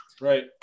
right